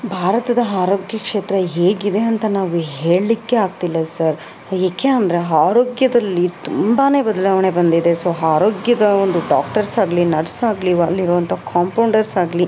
ಭಾರತದ ಆರೋಗ್ಯ ಕ್ಷೇತ್ರ ಹೇಗಿದೆ ಅಂತ ನಾವು ಹೇಳಲಿಕ್ಕೆ ಆಗ್ತಿಲ್ಲ ಸರ್ ಏಕೆ ಅಂದರೆ ಆರೋಗ್ಯದಲ್ಲಿ ತುಂಬಾ ಬದಲಾವಣೆ ಬಂದಿದೆ ಸೊ ಆರೋಗ್ಯದ ಒಂದು ಡಾಕ್ಟರ್ಸ್ ಆಗಲೀ ನರ್ಸ್ ಆಗಲೀ ವ ಅಲ್ಲಿರುವಂಥ ಕಾಂಪೌಂಡರ್ಸ್ ಆಗಲೀ